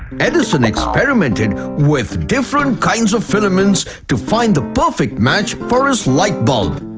edison experimented with different kinds of filaments to find the perfect match for his light bulb.